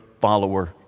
follower